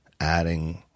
adding